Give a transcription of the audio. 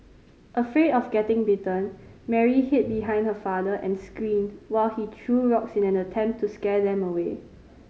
afraid of getting bitten Mary hid behind her father and screamed while he threw rocks in an attempt to scare them away